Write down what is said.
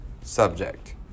subject